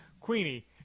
Queenie